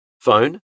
Phone